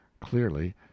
clearly